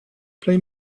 play